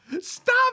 stop